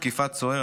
תקיפת סוהר),